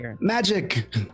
magic